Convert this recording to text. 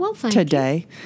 today